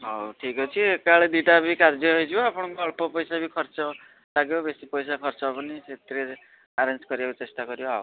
ହଉ ଠିକ୍ ଅଛି ଏକାବେଳେ ଦୁଇଟା ବି କାର୍ଯ୍ୟ ହେଇଯିବ ଆପଣଙ୍କ ଅଳ୍ପ ପଇସା ବି ଖର୍ଚ୍ଚ ଲାଗିବ ବେଶି ପଇସା ଖର୍ଚ୍ଚ ହବନି ସେଥିରେ ଆରେଞ୍ଜ୍ କରିବାକୁ ଚେଷ୍ଟା କରିବା ଆଉ